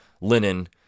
linen